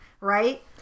right